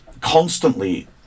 Constantly